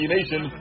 Nation